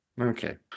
okay